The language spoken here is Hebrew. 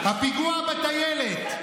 הפיגוע בטיילת,